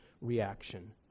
reaction